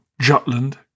Jutland